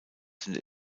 sind